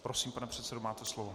Prosím, pane předsedo, máte slovo.